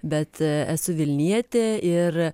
bet esu vilnietė ir